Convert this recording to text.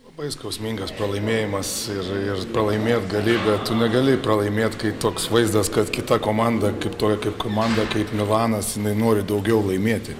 labai skausmingas pralaimėjimas ir ir pralaimėt gali be tu negali pralaimėt kai toks vaizdas kad kita komanda kaip toj komanda kaip milanas jinai nori daugiau laimėti